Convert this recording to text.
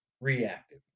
reactive